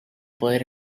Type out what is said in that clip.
poder